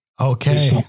Okay